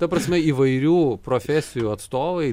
ta prasme įvairių profesijų atstovai